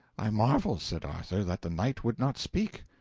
i marvel, said arthur, that the knight would not speak.